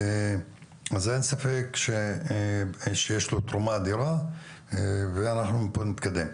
אז, אין ספק שיש לו תרומה אדירה ואנחנו מפה נתקדם.